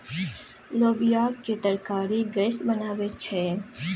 लोबियाक तरकारी गैस बनाबै छै